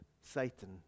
Satan